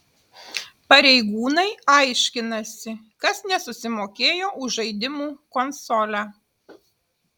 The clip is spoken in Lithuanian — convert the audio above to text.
pareigūnai aiškinasi kas nesusimokėjo už žaidimų konsolę